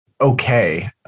okay